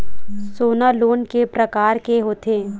सोना लोन के प्रकार के होथे?